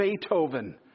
Beethoven